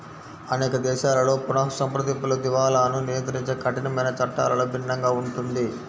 అనేక దేశాలలో పునఃసంప్రదింపులు, దివాలాను నియంత్రించే కఠినమైన చట్టాలలో భిన్నంగా ఉంటుంది